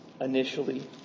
initially